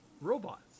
robots